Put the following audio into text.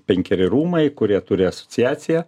penkeri rūmai kurie turi asociaciją